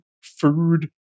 food